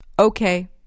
Okay